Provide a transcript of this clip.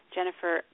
Jennifer